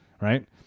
right